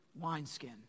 wineskin